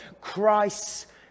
Christ